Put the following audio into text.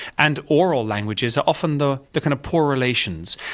and oral languages are often the the kind of poor relations.